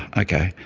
okay,